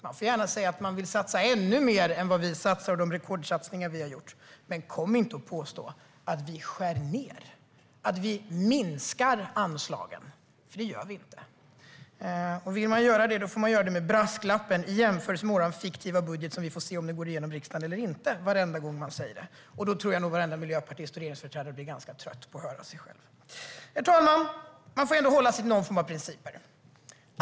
Man får gärna säga att man vill satsa ännu mer än vad vi satsar och de rekordsatsningar som vi har gjort. Men kom inte och påstå att vi skär ned och minskar anslagen, för det gör vi inte. Vill man göra det får man göra det med brasklappen: I jämförelse med vår fiktiva budget som vi får se om den går igenom riksdagen eller inte, varenda gång man säger det. Då tror jag nog att varenda regeringsföreträdare och miljöpartist blir ganska trött på att höra sig själv. Herr talman! Man får ändå hålla sig till någon form av principer.